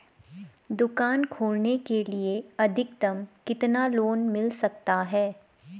दुकान खोलने के लिए अधिकतम कितना लोन मिल सकता है?